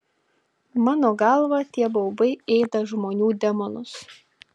mano galva tie baubai ėda žmonių demonus